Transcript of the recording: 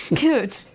Good